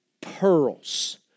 Pearls